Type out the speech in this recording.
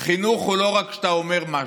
חינוך הוא לא רק כשאתה אומר משהו,